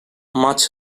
much